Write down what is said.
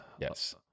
Yes